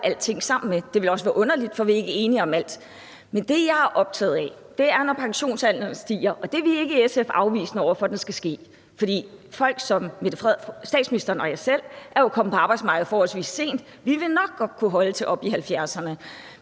alting sammen med. Det ville også være underligt, for vi er ikke enige om alt. Men det, jeg er optaget af, er, at pensionsalderen stiger. Det er vi ikke i SF afvisende over for skal ske, for folk som statsministeren og jeg selv er jo kommet ud på arbejdsmarkedet forholdsvis sent. Vi vil nok godt kunne holde til at blive ved